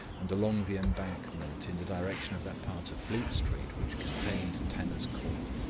and along the embankment in the direction of that part of fleet street which contained tanner's court.